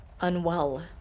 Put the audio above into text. unwell